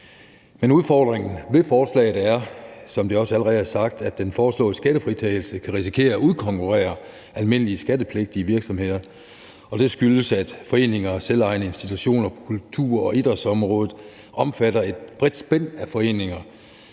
Men udfordringen ved forslaget er, som det også allerede er sagt, at den foreslåede skattefritagelse kan risikere at udkonkurrere almindelige skattepligtige virksomheder, og det skyldes, at foreninger og selvejende institutioner på kultur- og idrætsområdet omfatter et bredt spænd af foreninger.